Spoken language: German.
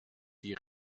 die